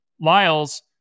Lyles